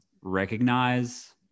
recognize